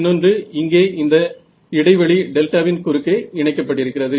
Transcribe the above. இன்னொன்று இங்கே இந்த இடைவெளி டெல்டாவின் குறுக்கே இணைக்கப்பட்டிருக்கிறது